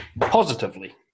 positively